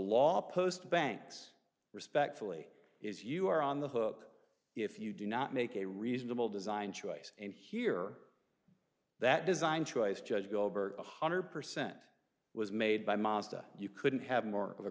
law post banks respectfully is you are on the hook if you do not make a reasonable design choice and here that design choice judge goldberg one hundred percent was made by mazda you couldn't have more of a